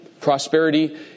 prosperity